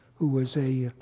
who was a